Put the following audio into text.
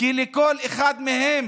כי לכל אחד מהם